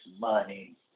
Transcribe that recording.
money